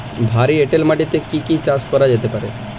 ভারী এঁটেল মাটিতে কি কি চাষ করা যেতে পারে?